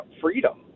freedom